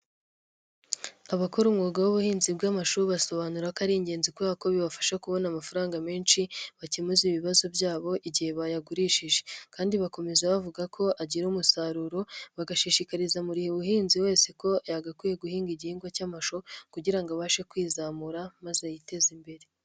Abakora umwuga w'ubuhinzi bw'amashu basobanura ko ari ingenzi kubera ko bibafasha kubona amafaranga menshi bakemuza ibibazo byabo, igihe bayagurishije kandi bakomeza bavuga ko agira umusaruro bagashishikariza mu gihe ubuhinzi wese ko yagakwiye guhinga igihingwa cy'amashu kugira ngo abashe kwizamura maze yiteze imbere.